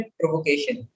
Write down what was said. provocation